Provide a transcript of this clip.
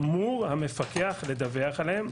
אמור המפקח לדווח עליהם.